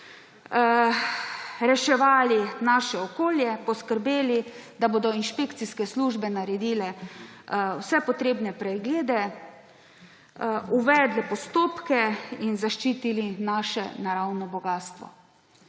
reševali naše okolje, poskrbeli, da bodo inšpekcijske službe naredile vse potrebne preglede, uvedli postopke in zaščitili naše naravno bogastvo.